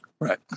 Right